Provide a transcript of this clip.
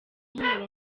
impumuro